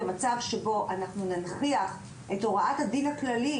במצב שבו אנחנו ננכיח את הוראת הדין הכללי,